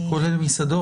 כולל מסעדות,